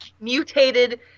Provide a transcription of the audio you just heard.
mutated